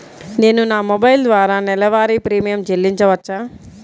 నేను నా మొబైల్ ద్వారా నెలవారీ ప్రీమియం చెల్లించవచ్చా?